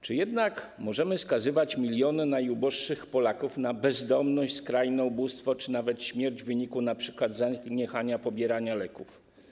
Czy jednak możemy skazywać miliony najuboższych Polaków na bezdomność, skrajne ubóstwo, czy nawet śmierć w wyniku np. zaniechania zażywania leków?